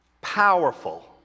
powerful